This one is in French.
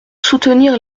soutenir